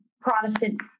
Protestant